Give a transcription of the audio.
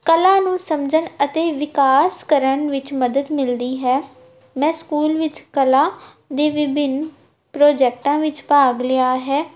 ਕਲਾ ਨੂੰ ਸਮਝਣ ਅਤੇ ਵਿਕਾਸ ਕਰਨ ਵਿੱਚ ਮਦਦ ਮਿਲਦੀ ਹੈ ਮੈਂ ਸਕੂਲ ਵਿੱਚ ਕਲਾ ਦੇ ਵਿਭਿੰਨ ਪ੍ਰੋਜੈਕਟਾਂ ਵਿੱਚ ਭਾਗ ਲਿਆ ਹੈ